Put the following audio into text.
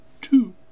two